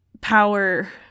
power